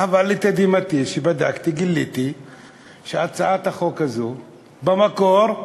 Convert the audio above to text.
אבל לתדהמתי כשבדקתי גיליתי שהצעת החוק הזאת במקור היא